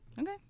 Okay